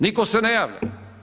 Nitko se ne javlja.